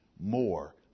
more